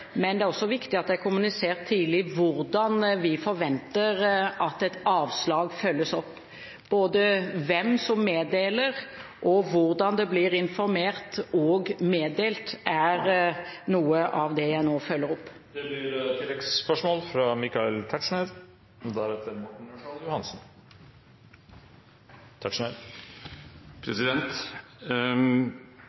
Men det er også viktig at det er kommunisert tidlig hvordan vi forventer at et avslag følges opp – både hvem som meddeler, og hvordan det blir informert og meddelt, er noe av det jeg nå følger opp. Det blir gitt anledning til oppfølgingsspørsmål – først representanten Michael Tetzschner.